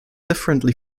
differently